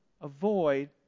avoid